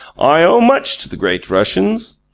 i owe much to the great russians.